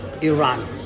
iran